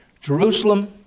Jerusalem